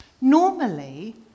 Normally